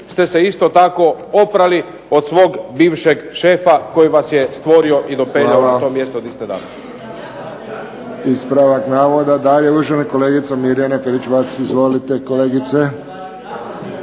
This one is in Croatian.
ste se isto tako oprali od svog bivšeg šefa koji vas je stvorio i dopeljao na to mjesto di ste danas.